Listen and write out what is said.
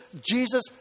Jesus